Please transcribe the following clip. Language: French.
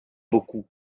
beaucoup